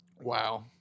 Wow